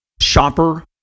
shopper